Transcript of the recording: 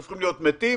שהופכים להיות מתים.